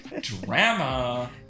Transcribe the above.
Drama